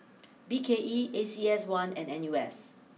B K E A C S one and N U S